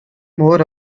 more